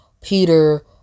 peter